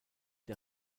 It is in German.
der